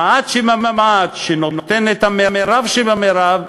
המעט שבמעט שנותן את המרב שבמרב,